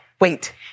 Wait